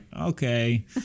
okay